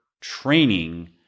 training